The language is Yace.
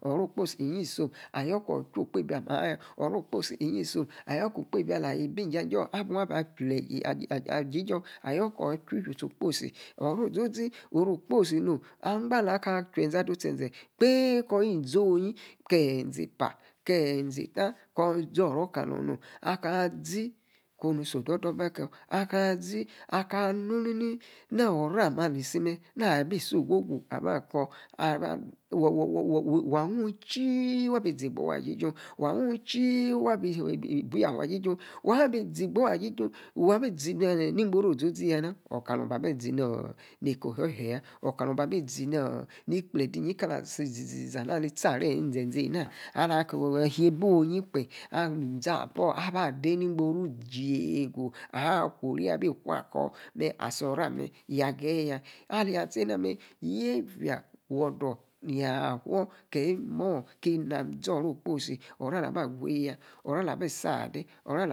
Oro exposi inyi isom, ayor kor chui okpebi amaya. oro okposi inyi isom, a yor ako kpebi alayi bimyayor abang aba plaar ajijor, oro ozozi, oryokposi nom. Angba alakachiuenze a du sou senze, kpei kor yi in zonyi kel inze'pa Ke' inzi eta kor zoro kaa lon nom. Akaa zi, ko nu si 'ododor bakor akaa zi akaa mu nini nor oro ame' ali si me me abi so'gwogu abakor, wor worwon avaguntsi, wa bi zigbogbo ajijung wabi zi ni ngboru ozoziy ana ookalong ba bi ’ zi ne ka ohiehieya. Ookalong ba bi zi ni kplede inyi kalasi zizi zaa’ ana ali tchake eyi inzenze ena ala kor aheba onyi kpe, nzapaor aba de in ingbory kpem jeigu aha kwori abi kwakor, asi ona me', ya gaye ya. Aleyi azé ena me, yefra, wodor ni ya foor kiyi mo keniya zoro okposi. Oro alabaguiya. alabi saade, oro